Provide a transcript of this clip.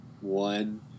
One